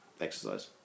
Exercise